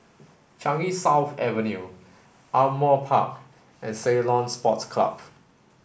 Changi South Avenue Ardmore Park and Ceylon Sports Club